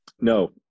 No